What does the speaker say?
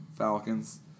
Falcons